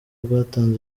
rwatanze